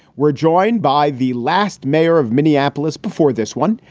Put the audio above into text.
we're joined by the last mayor of minneapolis before this one.